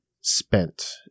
spent